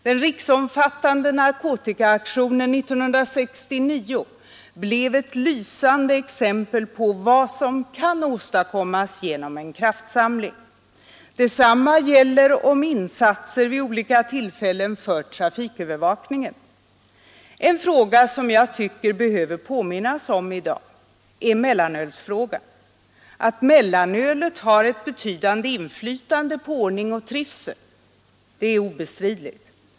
Den —s—— ——— riksomfattande narkotikaaktionen 1969 blev ett lysande exempel på vad Åtgärder mot som kan åstadkommas genom en kraftsamling. Detsamma gäller om brottsligheten insatser vid olika tillfällen för trafikövervakningen. HAr En fråga som jag tycker behöver påminnas om i dag är mellanölsfrågan. Att mellanölet har ett betydande och negativt inflytande på ordning och trivsel är obestridligt.